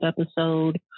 episode